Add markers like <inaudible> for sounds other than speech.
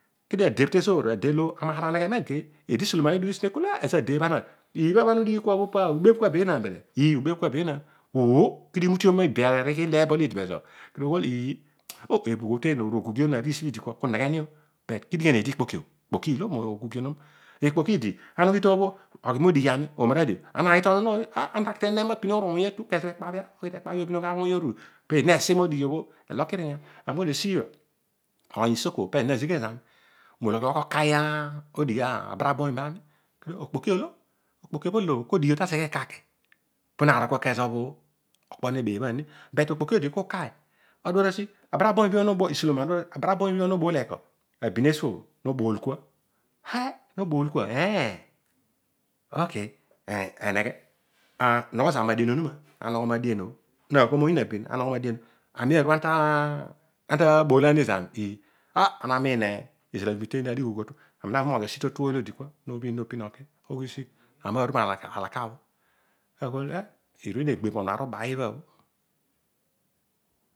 Kedio ade bho tezoor adelo amaar aneghe mageiy eedi isoloma bho amaar aneghe iibha bho ana adighi kubho poubebh kua benaan bele ii ubebh kua benaan kedio iru imntiom iba amgha ileebo ilo idi mezo bho <unintelligible> eebhugho o teena kughughion ariisi ilidikua kuneghe nio. But kidighen eedi ikpoki? Ikpoki obho iilo. ikpoki idi, ana ughi toobho oghi modighi ana taki to non ema aki apinogh ruwumy atu kezobho ekpeye <unintelligible> oghi obhinogh aruwuny obho oru peedi re siiy andighi obho elokuy iyan esiibha oiny isoko pezo nazighe zami moghi okai esi abarobiom tami ko okpoki o odighi obho taseghe eko aki? Naarol ku kezobho okpo nebeebhani but okpoki odi ku kai <unintelligible> abrabombo nobool eko? Abim esuo no bool kua heh! Eneghe nogho zami madien onuma pano onogho pu naagho moyiin abin <unintelligible> aami nara moghi osi to tu ooy lo dikna pruobhin zina oki oghi usi ami naru ma alaka bho neeghol eh, iruedio egbebh oonu aru ba iibha bho